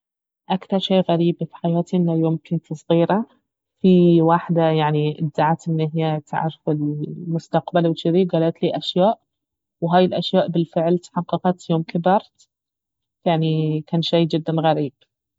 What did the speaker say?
اكثر شي غريب في حياتي انه يوم كنت صغيرة في وحدة يعني ادعت ان اهي تعرف المستقبل وجذي قالت لي اشياء وهاي الاشياء بالفعل تحققت يوم كبرت يعني كان شي جدا غريب